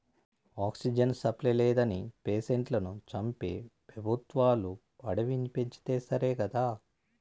oxygen supply లేదని పేషెంట్లను చంపే పెబుత్వాలు అడవిని పెంచితే సరికదా